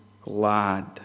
glad